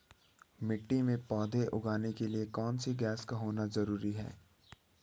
मिट्टी में पौधे उगाने के लिए कौन सी गैस का होना जरूरी है?